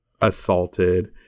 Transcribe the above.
assaulted